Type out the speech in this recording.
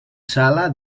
sala